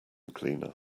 cleaner